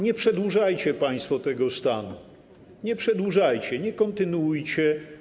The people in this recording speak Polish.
Nie przedłużajcie państwo tego stanu, nie przedłużajcie, nie kontynuujcie.